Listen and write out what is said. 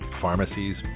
pharmacies